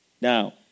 Now